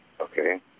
okay